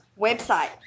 Website